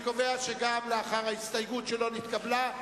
אני קובע שגם לאחר ההסתייגות שלא נתקבלה,